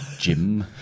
Jim